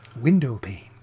Windowpane